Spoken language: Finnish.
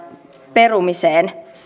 perumiseen